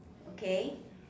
okay